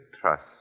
trust